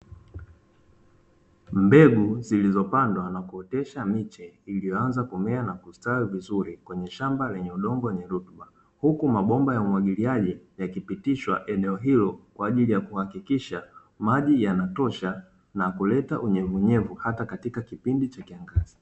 Mbegu zilizopandwa na kuotesha miche iliyoanza kumea na kustawi vizuri kwenye shamba lenye udongo wenye rutuba. Huku mabomba ya umwagiliaji yakipitishwa eneo hilo kwa ajili ya kuhakikisha maji yanatosha na kuleta unyevunyevu hata kipindi cha kiangazi.